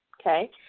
okay